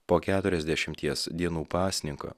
po keturiasdešimties dienų pasninko